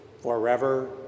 forever